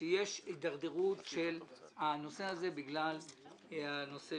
שיש הידרדרות של הנושא הזה בגלל התחרות.